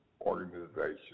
Organization